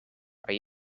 are